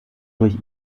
durch